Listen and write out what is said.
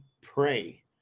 pray